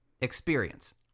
experience